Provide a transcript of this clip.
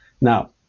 Now